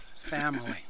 family